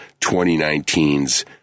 2019's